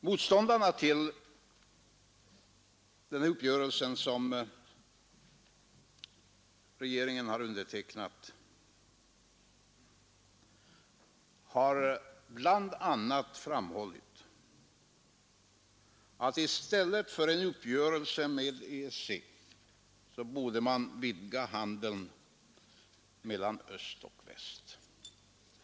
Motståndarna till den uppgörelse som regeringen undertecknat har bl.a. framhållit att i stället för en uppgörelse med EEC borde man vidga handeln mellan öst och väst.